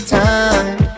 time